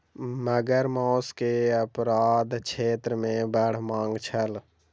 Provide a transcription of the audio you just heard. मगर मौस के अपराध क्षेत्र मे बड़ मांग छल